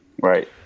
Right